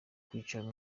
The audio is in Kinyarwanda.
kwicara